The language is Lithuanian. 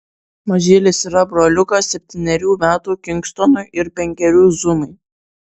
mažylis yra broliukas septynerių metų kingstonui ir penkerių zumai